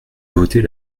voter